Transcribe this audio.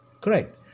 Correct